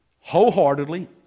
wholeheartedly